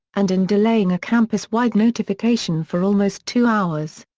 and in delaying a campus-wide notification for almost two hours.